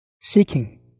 seeking